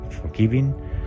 forgiving